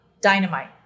Dynamite